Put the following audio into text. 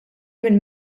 mill